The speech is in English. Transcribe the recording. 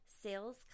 sales